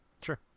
Sure